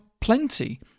plenty